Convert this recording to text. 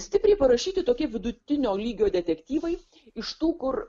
stipriai parašyti tokie vidutinio lygio detektyvai iš tų kur